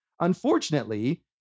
Unfortunately